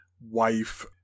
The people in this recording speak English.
wife